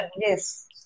Yes